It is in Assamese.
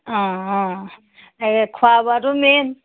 অ অ খোৱা বোৱাতো মেইন